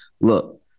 Look